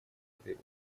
этой